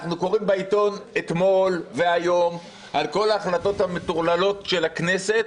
אנחנו קוראים בעיתון אתמול והיום על כל ההחלטות המטורללות של הכנסת,